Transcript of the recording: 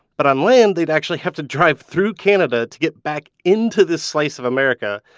but on land, they'd actually have to drive through canada to get back into this slice of america,